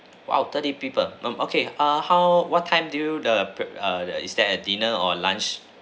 !wow! thirty people um okay err how what time do you the err is that a dinner or lunch